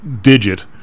digit